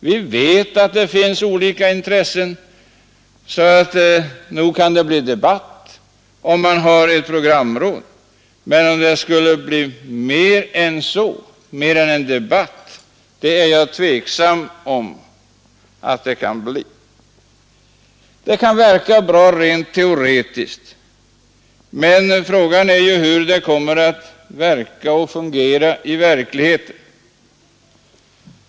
Vi vet, att det finns olika intressen, så nog kan det bli debatt om man har ett programråd. Men jag ställer mig tveksam till att det skulle bli mer än en debatt. Det kan rent teoretiskt verka bra, men frågan är hur det kommer att fungera i verkligheten.